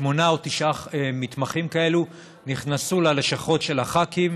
שמונה או תשעה מתמחים כאלה נכנסו ללשכות של הח"כים,